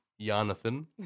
Jonathan